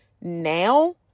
now